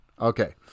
Okay